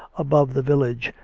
above the village,